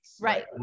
Right